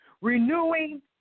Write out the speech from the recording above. renewing